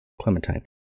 Clementine